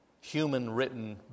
human-written